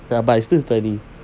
ya but I still study